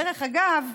דרך אגב,